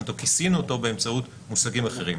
או כיסינו אותו באמצעות מושגים אחרים,